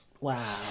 Wow